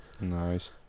Nice